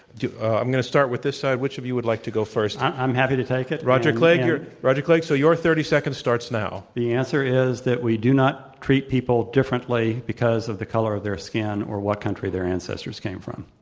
i'm going to start with this side. which of you would like to go first? i'm happy to take it. roger clegg, your roger clegg, so your thirty seconds starts now. the answer is that we do not treat people differently because of the color of their skin or what country their ancestors came from.